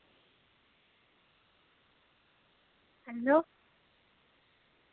hello